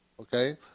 okay